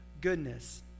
goodness